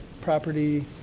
property